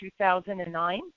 2009